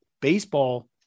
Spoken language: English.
baseball